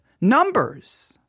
numbers